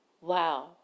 Wow